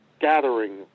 gathering